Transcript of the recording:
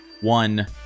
One